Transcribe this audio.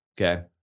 Okay